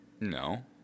No